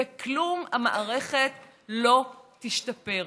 בכלום המערכת לא תשתפר.